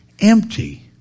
empty